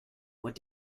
what